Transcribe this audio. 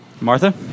Martha